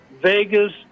Vegas